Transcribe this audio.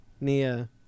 Nia